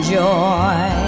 joy